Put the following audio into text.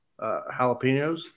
jalapenos